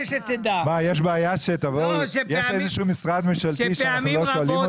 יש משרד ממשלתי שאנו לא שואלים אותו?